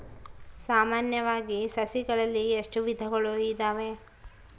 ಸಾಮಾನ್ಯವಾಗಿ ಸಸಿಗಳಲ್ಲಿ ಎಷ್ಟು ವಿಧಗಳು ಇದಾವೆ?